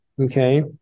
Okay